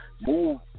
move